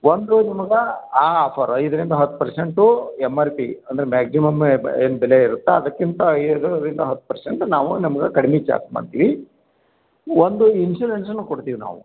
ಒಂದು ನಿಮ್ಗೆ ಆ ಆಫರ್ ಐದರಿಂದ ಹತ್ತು ಪರ್ಸೆಂಟು ಎಮ್ ಆರ್ ಪಿ ಅಂದರೆ ಮ್ಯಾಗ್ಝಿಮಮ್ ಬ ಏನು ಬೆಲೆ ಇರುತ್ತಾ ಅದಕ್ಕಿಂತ ಎರಡರಿಂದ ಹತ್ತು ಪರ್ಸೆಂಟ್ ನಾವು ನಮ್ಗ ಕಡಿಮೆ ಚಾರ್ಜ್ ಮಾಡ್ತೀವಿ ಒಂದು ಇನ್ಸೂರೆನ್ಸನ್ನು ಕೊಡ್ತಿವಿ ನಾವು